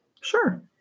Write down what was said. Sure